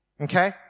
okay